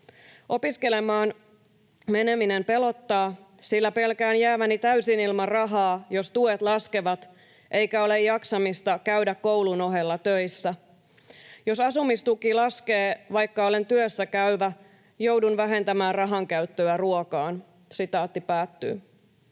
Opiskelemaan meneminen pelottaa, sillä pelkään jääväni täysin ilman rahaa, jos tuet laskevat eikä ole jaksamista käydä koulun ohella töissä. Jos asumistuki laskee, vaikka olen työssä käyvä, joudun vähentämään rahankäyttöä ruokaan.” ”Olen